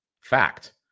fact